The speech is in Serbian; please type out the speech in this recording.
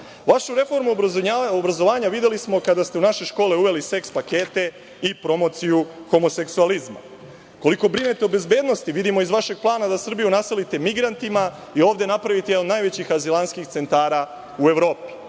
reformu obrazovanja videli smo kada ste u naše škole uveli seks pakete i promociju homoseksualizma. Koliko brinete o bezbednosti vidimo iz vašeg plana da Srbiju naselite migrantima i ovde napravite jedan od najvećih azilantskih centara u Evropi. Koliko